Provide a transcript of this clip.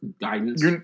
Guidance